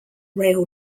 rail